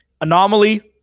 Anomaly